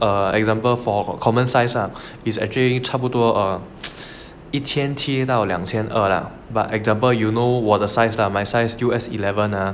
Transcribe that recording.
err example for common size ah is actually 差不多 err 一千七到两千二 lah but example you know my size ah my size still S eleven ah